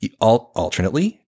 Alternately